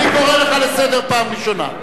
אני קורא אותך לסדר פעם ראשונה.